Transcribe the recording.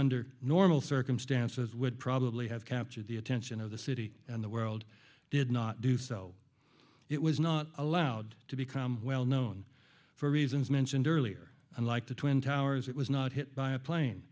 under normal circumstances would probably have captured the attention of the city and the world did not do so it was not allowed to become well known for reasons mentioned earlier unlike the twin towers it was not hit by a plane